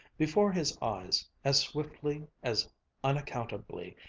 before his eyes, as swiftly, as unaccountably,